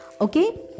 Okay